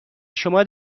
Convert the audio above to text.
شما